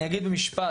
אני אגיד במשפט: